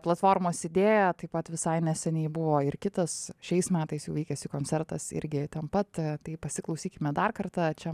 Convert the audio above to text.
platformos idėją taip pat visai neseniai buvo ir kitas šiais metais jau vykęs jų koncertas irgi ten pat tai pasiklausykime dar kartą čia